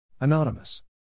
Anonymous